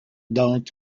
don’t